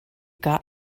got